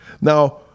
Now